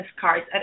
cards